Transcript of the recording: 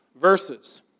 verses